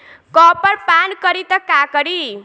Copper पान करी त का करी?